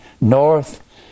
north